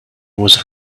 was